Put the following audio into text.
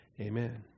Amen